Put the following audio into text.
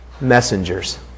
messengers